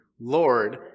Lord